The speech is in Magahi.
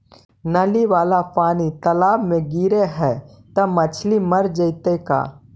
नली वाला पानी तालाव मे गिरे है त मछली मर जितै का?